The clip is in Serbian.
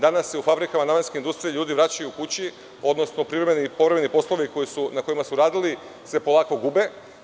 Danas u fabrikama namenske industrije ljude vraćaju kući, odnosno privremeni i povremeni poslovi na kojima su radili se polako gube.